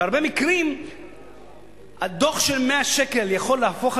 בהרבה מקרים הדוח של 100 שקל יכול להפוך,